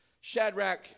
Shadrach